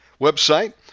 website